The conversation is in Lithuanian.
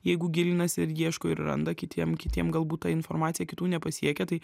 jeigu gilinasi ir ieško ir randa kitiem kitiem galbūt ta informacija kitų nepasiekia tai